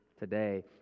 Today